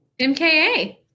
MKA